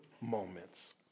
moments